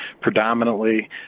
predominantly